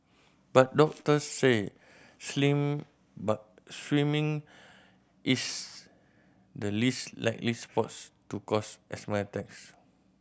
but doctors say but swimming is the least likely sports to cause asthma attacks